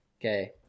Okay